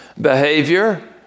behavior